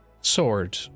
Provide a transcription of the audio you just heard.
sword